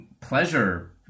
pleasure